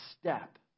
step